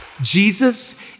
Jesus